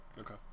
Okay